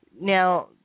Now